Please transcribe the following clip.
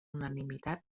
unanimitat